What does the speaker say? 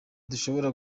dushobora